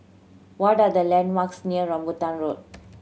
what are the landmarks near Rambutan Road